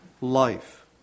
life